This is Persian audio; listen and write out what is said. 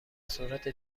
سرعت